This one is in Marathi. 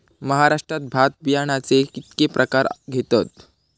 महाराष्ट्रात भात बियाण्याचे कीतके प्रकार घेतत?